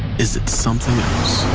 is it something else?